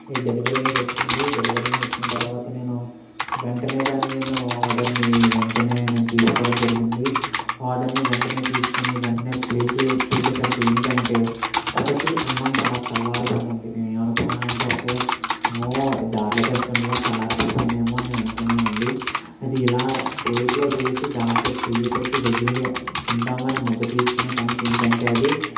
ఈ డెలివరీ అనేది వచ్చింది డెలివరీ వచ్చిన తర్వాత నేను వెంటనే దాన్ని నేను ఆర్డర్ని వెంటనే నేను తీసుకోవడం జరిగింది ఆర్డర్ని వెంటనే తీసుకోని వెంటనే ప్లేట్లో వేసి చూసేసరికి ఏమిటి అంటే ఒకటి అన్నం చాలా చల్లారి ఉందండి నేను ఏమని అనుకున్నాను అంటే ఓకే ఏమో దారిలో తెస్తుండగా చల్లారి పడిపోయింది ఏమో అని నేను అనుకున్నాను అండి అది ఇలా ప్లేట్లో వేసి దాంట్లో చేయి పెట్టి దగ్గరే తిందాము అని ముద్ద తీసుకునే టైంకి ఏమిటి అంటే అది